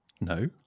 No